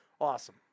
Awesome